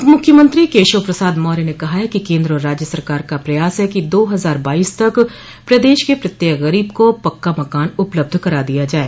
उप मुख्यमंत्री केशव प्रसाद मौर्य ने कहा है कि केन्द्र और राज्य सरकार का प्रयास है कि दो हजार बाईस तक प्रदेश के प्रत्येक गरीब को पक्का मकान उपलब्ध करा दिया जाये